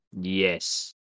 Yes